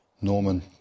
Norman